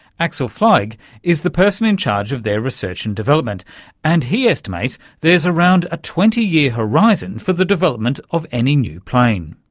axel flaig is the person in charge of their research and development and he estimates there's around a twenty year horizon for the development of any new plane.